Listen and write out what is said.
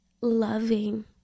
loving